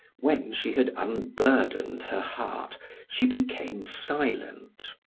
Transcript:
when she had unburdened her heart she became silent.